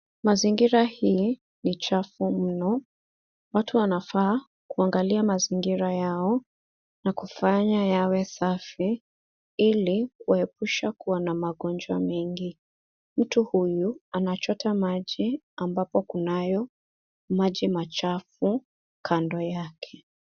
Mazingira hii ni chafu mno . Watu wanafaa kuangalia mazingira yao na kufanya yawe safi ili kuepusha kuwa na magonjwa mengi. Mtu huyu anachota maji ambapo kunayo maji machafu kando yake.